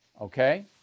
Okay